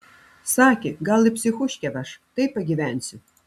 sakė gal į psichuškę veš tai pagyvensiu